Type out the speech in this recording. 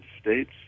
States